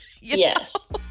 Yes